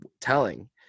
telling